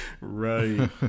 Right